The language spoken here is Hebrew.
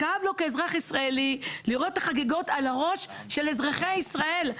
כאב לו כאזרח ישראלי לראות את החגיגות על הראש של אזרחי ישראל.